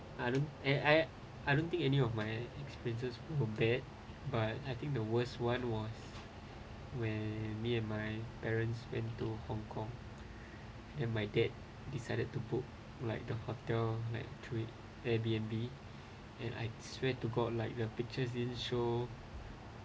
I don't and eh I don't think any of my experience were bad but I think the worst one was when me and my parents went to hong kong and my dad decided to put like the hotel like through airbnb and I swear to god like the pictures didn't show